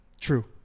True